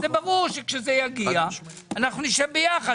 ברור שכשזה יגיע אנחנו נשב יחד,